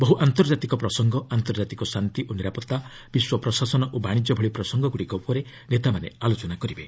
ବହୁ ଆନ୍ତର୍ଜାତିକ ପ୍ରସଙ୍ଗ ଆନ୍ତର୍ଜାତିକ ଶାନ୍ତି ଓ ନିରାପତ୍ତା ବିଶ୍ୱ ପ୍ରଶାସନ ଓ ବାଣିଜ୍ୟ ଭଳି ପ୍ରସଙ୍ଗଗୁଡ଼ିକ ଉପରେ ନେତାମାନେ ଆଲୋଚନା କରିବେ